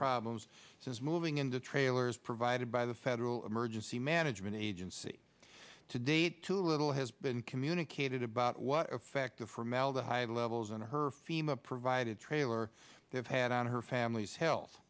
problems since moving into trailers provided by the federal emergency management agency today too little has been communicated about what effect the formaldehyde levels in her fema provided trailer have had on her family's health